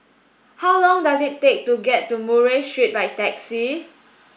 how long does it take to get to Murray Street by taxi